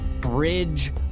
bridge